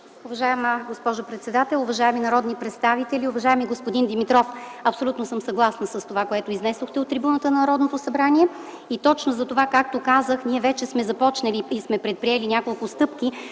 Уважаема госпожо председател, уважаеми народни представители, уважаеми господин Димитров! Абсолютно съм съгласна с това, което изнесохте от трибуната на Народното събрание. И точно затова, както казах, ние вече сме започнали и сме предприели няколко стъпки,